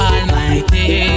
Almighty